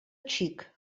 xic